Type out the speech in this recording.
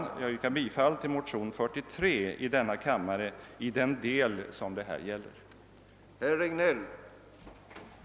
Jag yrkar bifall till motionerna I: 36 och II: 43, såvitt de avser en utredning om förstatligande av bensinoch oljehandeln.